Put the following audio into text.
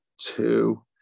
two